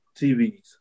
TVs